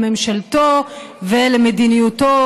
לממשלתו ולמדיניותו,